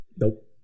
nope